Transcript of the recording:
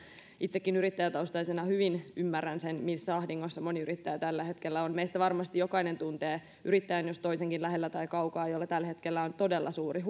itsekin yrittäjätaustaisena hyvin ymmärrän sen missä ahdingossa moni yrittäjä tällä hetkellä on meistä varmasti jokainen tuntee yrittäjän jos toisenkin lähellä tai kaukaa jolla tällä hetkellä on todella suuri